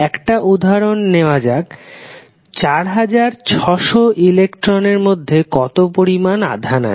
একটা উদাহরন নেওয়া যাক 4600 ইলেকট্রন এর মধ্যে কত পরিমাণ আধান আছে